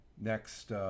next